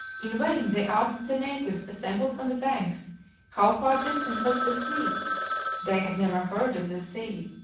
in vain they asked the natives assembled on the banks how far distant was the sea they had never heard of the sea!